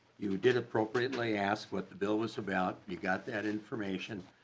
you did appropriately ask what the bill is about you got that information.